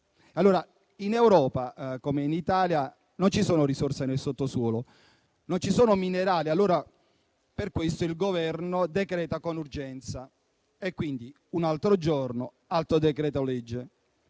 In Europa, come in Italia, non ci sono queste risorse nel sottosuolo, non ci sono quei minerali. Per questo il Governo decreta con urgenza: altro giorno, altro decreto-legge.